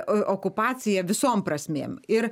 okupacija visom prasmėm ir